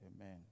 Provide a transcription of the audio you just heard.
amen